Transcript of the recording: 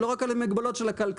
לא רק על המגבלות של הכללה,